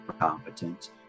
competent